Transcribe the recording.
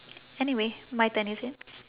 anyway my turn is it